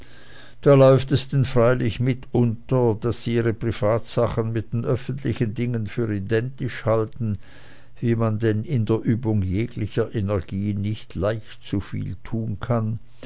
da läuft es denn freilich mit unter daß sie ihre privatsachen mit den öffentlichen dingen für identisch halten wie man denn in der übung jeglicher energie nicht leicht zuviel tun kann